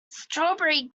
strawberry